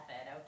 okay